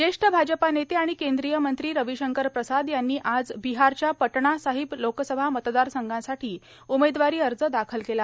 ज्येष्ठ भाजपा नेते आणि केंद्रीय मंत्री रविशंकर प्रसाद यांनी आज बिहारच्या पटणा साहिब लोकसभा मतदारसंघासाठी उमेदवारी अर्ज दाखल केला